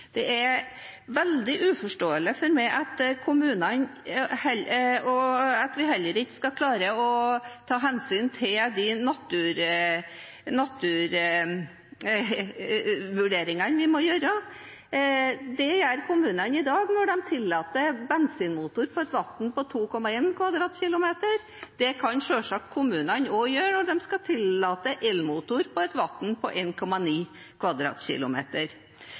Det er veldig uforståelig for meg at vi heller ikke skal klare å ta hensyn til de naturvurderingene vi må gjøre. Det gjør kommunene i dag når de tillater bensinmotor på et vann på 2,1 km 2 . Det kan selvsagt kommunene også gjøre når de skal tillate elmotor på et vann på 1,9 km 2 . Jeg må si det forundrer meg at en